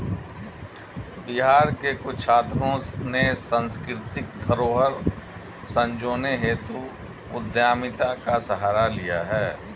बिहार के कुछ छात्रों ने सांस्कृतिक धरोहर संजोने हेतु उद्यमिता का सहारा लिया है